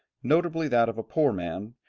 notably that of a poor man,